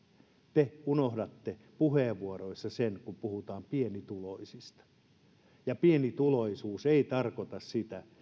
te unohdatte puheenvuoroissa sen kun puhutaan pienituloisista pienituloisuus ei tarkoita sitä